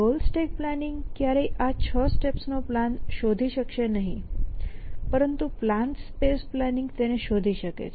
goal stack planning ક્યારેય આ 6 steps નો પ્લાન શોધી શકશે નહીં પરંતુ પ્લાન સ્પેસ પ્લાનિંગ તેને શોધી શકે છે